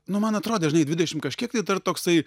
nu man atrodė žinai dvidešim kažkiek tai dar toksai